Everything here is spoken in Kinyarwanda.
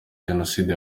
jenoside